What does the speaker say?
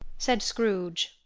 said scrooge.